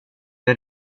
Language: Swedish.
det